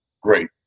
great